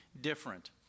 different